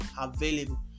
available